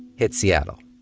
hit seattle